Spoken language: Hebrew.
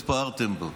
התפארתם בו.